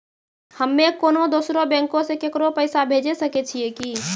हम्मे कोनो दोसरो बैंको से केकरो पैसा भेजै सकै छियै कि?